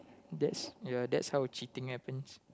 that's ya that's how cheating happens